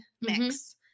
mix